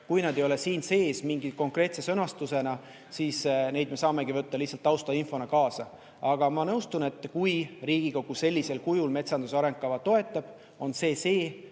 kui nad ei ole siin sees mingi konkreetse sõnastusena, siis neid me saamegi võtta lihtsalt taustainfona kaasa. Aga ma nõustun, et kui Riigikogu sellisel kujul metsanduse arengukava toetab, siis see